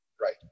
Right